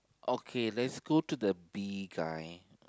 okay let's go to the bee guy